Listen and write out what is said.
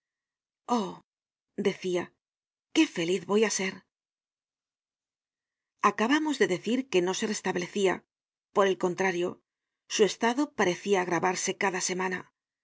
decia qué feliz voy á ser acabamos de decir que no se restablecia por el contrario su estado parecia agravarse cada semana